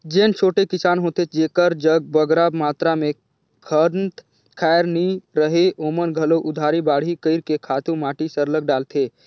जेन छोटे किसान होथे जेकर जग बगरा मातरा में खंत खाएर नी रहें ओमन घलो उधारी बाड़ही कइर के खातू माटी सरलग डालथें